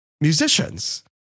musicians